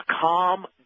Calm